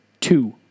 two